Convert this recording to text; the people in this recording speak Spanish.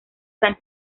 san